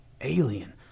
alien